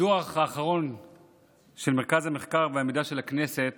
בדוח האחרון של מרכז המחקר והמידע של הכנסת